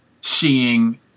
seeing